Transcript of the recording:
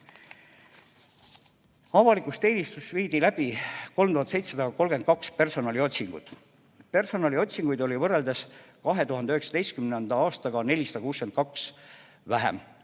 Avalikus teenistuses viidi läbi 3732 personaliotsingut. Personaliotsinguid oli võrreldes 2019. aastaga 462 vähem.